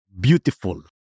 Beautiful